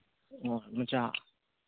ꯑꯣ ꯃꯆꯥ